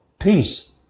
Peace